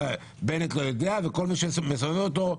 בנט לא יודע, וכל מי שסובב אותו?